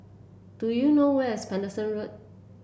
do you know where is Paterson Road